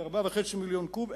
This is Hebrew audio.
כ-4.5 מיליוני קוב,